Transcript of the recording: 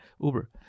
Uber